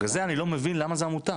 בגלל זה אני לא מבין למה זה עמותה.